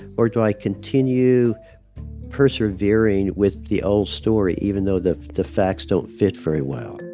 or do i continue persevering with the old story even though the the facts don't fit very well?